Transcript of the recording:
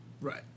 Right